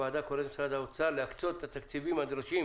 הוועדה קוראת למשרד האוצר להקצות את התקציבים הדרושים